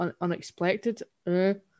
unexpected